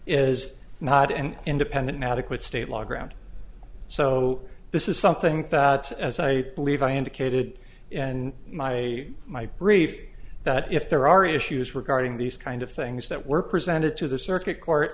is not an independent adequate state law ground so this is something that as i believe i indicated and my my brief that if there are issues regarding these kind of things that were presented to the circuit court